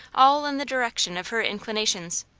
all in the direction of her inclinations.